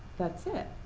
that's it.